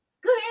Good